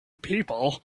people